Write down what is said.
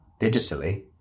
digitally